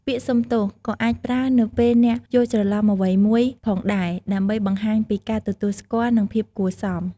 ពាក្យ សុំទោស ក៏អាចប្រើនៅពេលអ្នកយល់ច្រឡំអ្វីមួយផងដែរ ដើម្បីបង្ហាញពីការទទួលស្គាល់ និង ភាពគួរសម។